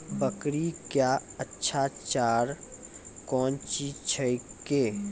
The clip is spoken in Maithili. बकरी क्या अच्छा चार कौन चीज छै के?